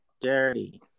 dirty